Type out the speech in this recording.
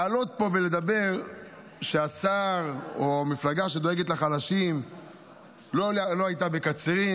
לעלות לפה ולדבר על זה שהשר ושמפלגה שדואגת לחלשים לא הייתה בקצרין.